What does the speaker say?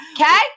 Okay